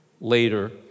later